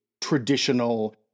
traditional